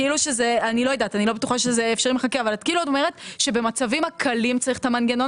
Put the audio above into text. כאילו את אומרת שבמצבים הקלים צריך את המנגנון